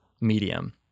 medium